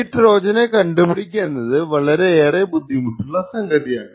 ഈ ട്രോജനെ കണ്ടുപിടിക്കുക എന്നത് വളരെയേറെ ബുദ്ധിമുട്ടുള്ള സംഗതിയാണ്